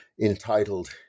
entitled